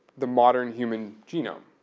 the modern human genome?